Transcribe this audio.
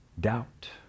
Doubt